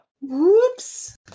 Whoops